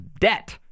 debt